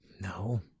No